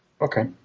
Okay